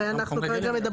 הרי אנחנו מדברים,